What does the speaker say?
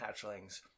hatchlings